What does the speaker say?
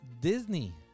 Disney